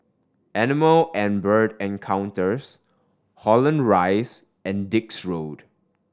Animal and Bird Encounters Holland Rise and Dix Road